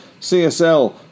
CSL